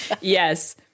Yes